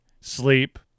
sleep